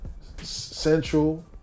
Central